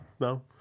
No